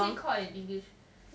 what is it called in english